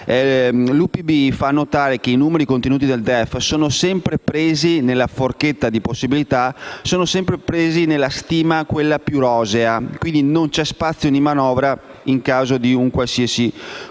L'UPB fa notare che i numeri contenuti nel DEF, nella forchetta di possibilità, sono sempre presi nella stima più rosea: non c'è spazio di manovra in caso di un qualsiasi compromesso.